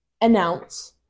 announce